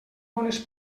bones